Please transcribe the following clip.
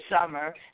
summer